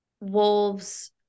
wolves